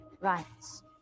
rights